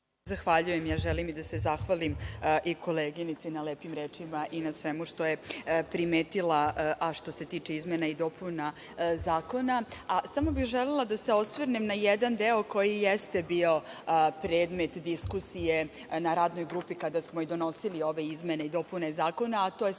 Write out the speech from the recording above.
Zahvaljujem. Želim da se zahvalim i koleginici na lepim rečima i na svemu što je primetila, a što se tiče izmena i dopuna zakona. Samo bih želela da se osvrnem na jedan deo koji jeste bio predmet diskusije na Radnoj grupi kada smo donosili ove izmene i dopune zakona, a to je sam rok